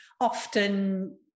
often